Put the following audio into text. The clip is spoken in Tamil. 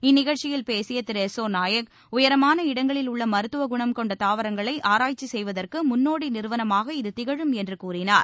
இந்நிகழ்ச்சியில் பேசிய திரு எசோ நாயக் உயரமான இடங்களில் உள்ள மருத்துவகுணம் கொண்ட தாவரங்களை ஆராய்ச்சி செய்வதற்கு முன்னோடி நிறுவனமாக இது திகமும் என்று கூறினார்